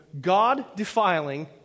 God-defiling